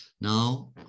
Now